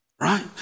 right